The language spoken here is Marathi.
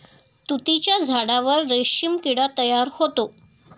तुतीच्या झाडावर रेशीम किडा तयार होतो